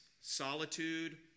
solitude